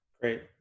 Great